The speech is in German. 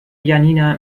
janina